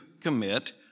commit